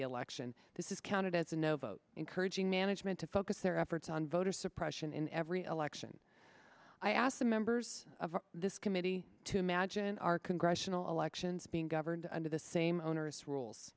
a election this is counted as a no vote encouraging management to focus their efforts on voter suppression in every election i ask the members of this committee to imagine our congressional elections being governed under the same onerous rules